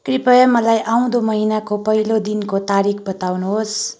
कृपया मलाई आउँँदो महिनाको पहिलो दिनको तारिक बताउनुहोस्